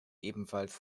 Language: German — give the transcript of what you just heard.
ebenfalls